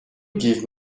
give